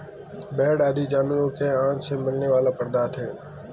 भेंड़ आदि जानवरों के आँत से मिलने वाला पदार्थ है